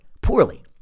poorly